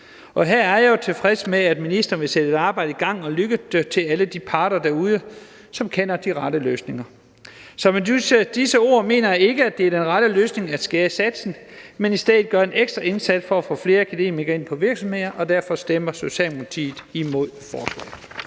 Her er jeg jo tilfreds med, at ministeren vil sætte et arbejde i gang og lytte til alle de parter derude, som kender de rette løsninger. Så med disse ord mener jeg ikke, at det er den rette løsning at skære i satsen, men i stedet gøre en ekstra indsats for at få flere akademikere ind på virksomheder, og derfor stemmer Socialdemokratiet imod forslaget.